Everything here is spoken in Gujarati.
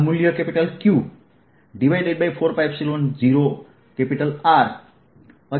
આ મૂલ્ય Q4π0Rઅચળ છે